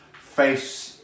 face